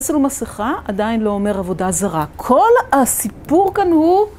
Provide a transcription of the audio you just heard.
עצם המסכה עדיין לא אומר עבודה זרה, כל הסיפור כאן הוא